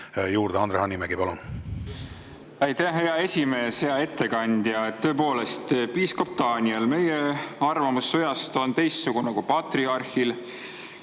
juurde. Andre Hanimägi, palun! Aitäh, hea esimees! Hea ettekandja! Tõepoolest, piiskop Daniel: "Meie arvamus sõjast on teistsugune kui patriarhil."